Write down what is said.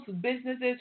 businesses